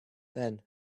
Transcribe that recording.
then